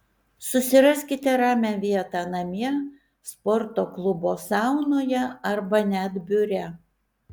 susiraskite ramią vietą namie sporto klubo saunoje arba net biure